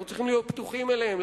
אנחנו צריכים להיות פתוחים אליהם,